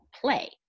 play